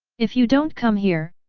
if you don't come here,